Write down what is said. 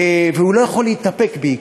והוא לא יכול להתאפק, בעיקר,